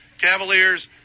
Cavaliers